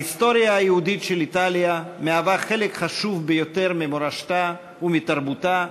ההיסטוריה היהודית של איטליה מהווה חלק חשוב ביותר ממורשתה ומתרבותה,